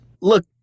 Look